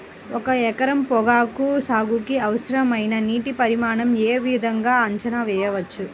ఒక ఎకరం పొగాకు సాగుకి అవసరమైన నీటి పరిమాణం యే విధంగా అంచనా వేయవచ్చు?